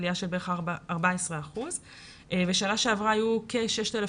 עלייה של בערך 14%. בשנה שעברה היו כ-6,300.